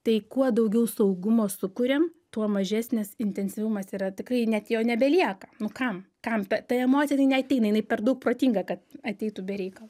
tai kuo daugiau saugumo sukuriam tuo mažesnis intensyvumas yra tikrai net jo nebelieka nu kam kam ta ta emocija jinai neateina jinai per daug protinga kad ateitų be reikalo